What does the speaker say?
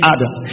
Adam